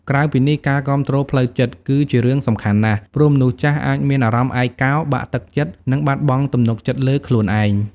ក្រៅពីនេះ ការគាំទ្រផ្លូវចិត្ត គឺជារឿងសំខាន់ណាស់ ព្រោះមនុស្សចាស់អាចមានអារម្មណ៍ឯកោ បាក់ទឹកចិត្ត ឬបាត់បង់ទំនុកចិត្តលើខ្លួនឯង។